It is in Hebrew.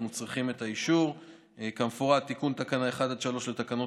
אנחנו צריכים את האישור כמפורט: תיקון תקנות 1 3 לתקנות